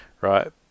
right